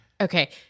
okay